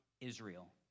Israel